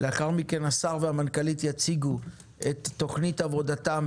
לאחר מכן השר והמנכ"לית יציגו את תוכנית עבודתם,